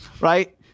right